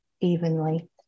evenly